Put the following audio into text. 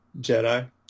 Jedi